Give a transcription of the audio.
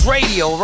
Radio